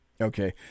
okay